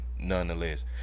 nonetheless